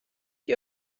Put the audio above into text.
die